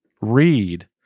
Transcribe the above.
read